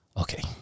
Okay